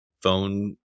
phone